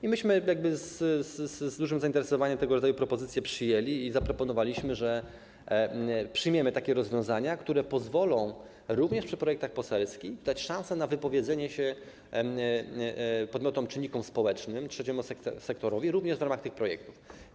I myśmy z dużym zainteresowaniem tego rodzaju propozycje przyjęli i zaproponowaliśmy, że przyjmiemy takie rozwiązania, które pozwolą, również przy projektach poselskich, dać szasnę na wypowiedzenie się podmiotom, czynnikom społecznym, trzeciemu sektorowi w ramach tych projektów.